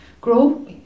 grow